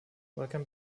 welcome